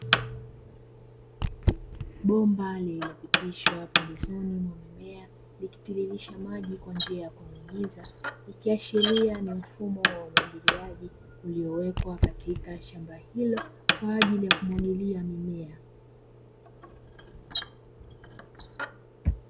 Bomba lilopitishwa pembezoni mwa mimea likitiririsha maji kwa njia ya kunyunyiza, ikiashiria ni mfumo wa umwagiliaji uliowekwa katika shamba hilo kwa ajili ya kumwagilia mimea.